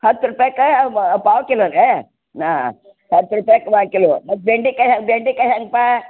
ಹತ್ತು ರೂಪಾಯ್ಗ ಪಾವು ಕಿಲೋನೇ ನಾ ಹತ್ತು ರುಪಾಯ್ಗ್ ಪಾ ಕಿಲೋ ಮತ್ತು ಬೆಂಡೆಕಾಯಿ ಹೇ ಬೆಂಡೆಕಾಯಿ ಹೆಂಗೆ ಪಾ